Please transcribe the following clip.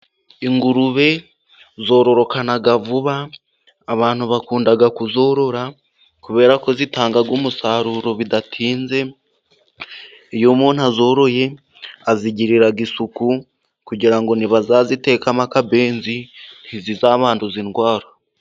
Ingurube zororokana vuba, abantu bakunda kuzorora, kubera ko zitanga umusaruro bidatinze, iyo umuntu azoroye azigirira isuku, kugira ngo nibazazitekamo akabenzi, ntizizabanduze indwara.